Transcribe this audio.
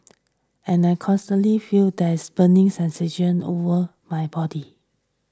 and I constantly feel this burning sensation all over my body